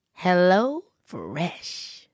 HelloFresh